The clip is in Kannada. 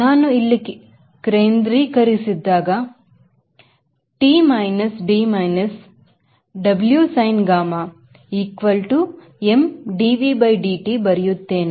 ನಾನು ಇಲ್ಲಿ ಕೇಂದ್ರೀಕರಿಸಿದಾಗ ನಾನು T minus D minus W sin gamma equal to m dV by dt ಬರೆಯುತ್ತೇನೆ